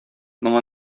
моңа